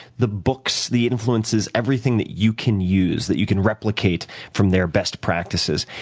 the books, the influences, everything that you can use, that you can replicated from their best practices.